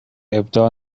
ابداع